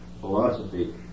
philosophy